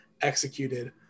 executed